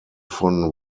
von